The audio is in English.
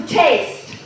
taste